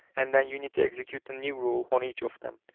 and then you need to execute the new rule on each of them.